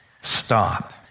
Stop